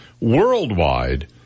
worldwide